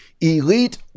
Elite